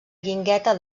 guingueta